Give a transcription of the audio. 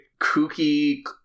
kooky